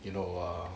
you know err